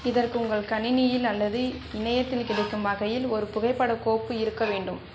இதற்கு உங்கள் கணினியில் அல்லது இணையத்தில் கிடைக்கும் வகையில் ஒரு புகைப்படக் கோப்பு இருக்க வேண்டும்